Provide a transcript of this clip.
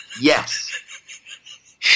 Yes